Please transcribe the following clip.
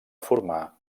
formar